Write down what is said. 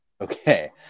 okay